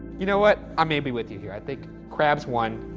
you know what, i may be with you here. i think crabs won,